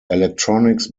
electronics